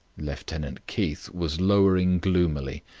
lieutenant keith was lowering gloomily,